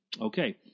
Okay